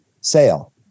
sale